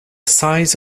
size